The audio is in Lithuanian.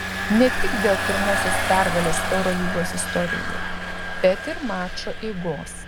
ne tik dėl pirmosios pergalės eurolygos istorijoje bet ir mačo eigos